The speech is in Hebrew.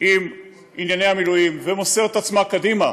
עם ענייני המילואים, ומוסרת עצמה קדימה,